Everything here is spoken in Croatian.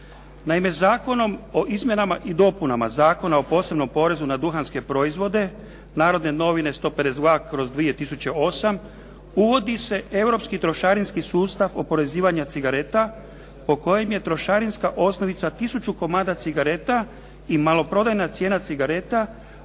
Naime, Zakonom o izmjenama i dopunama Zakona o posebnom porezu na duhanske proizvode, Narodne novine 152/2008. uvodi se europski trošarinski sustav oporezivanja cigareta po kojem je trošarinska osnovica tisuću komada cigareta i maloprodajna cijena cigareta